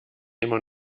immer